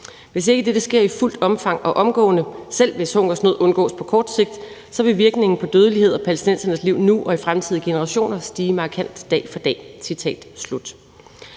Hvis ikke dette sker i fuldt omfang og omgående, selv hvis hungersnød indgås på kort sigt, vil virkningen på dødelighed og palæstinensernes liv nu og i fremtidige generationer stige markant i dag for dag.